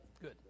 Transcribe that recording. good